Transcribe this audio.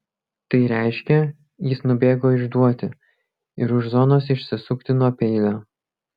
tai reiškė jis nubėgo išduoti ir už zonos išsisukti nuo peilio